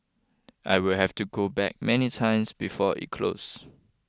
I'll have to go back many times before it closes